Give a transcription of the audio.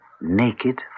naked